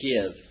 give